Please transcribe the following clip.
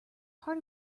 part